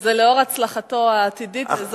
זה לאור הצלחתו העתידית.